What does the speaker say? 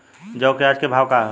जौ क आज के भाव का ह?